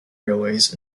railways